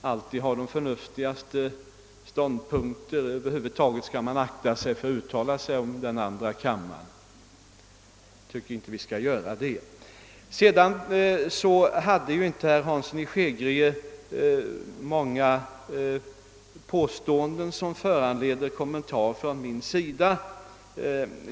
att de förnuftigaste ståndpunkterna alltid förekommer i medkammaren; över huvud skall man akta sig för att här uttala sig om den. Herr Hansson i Skegrie gjorde inte många påståenden som föranleder kommentarer av mig.